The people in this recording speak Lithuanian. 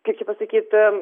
kaip čia pasakyt